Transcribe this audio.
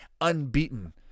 Unbeaten